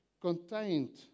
contained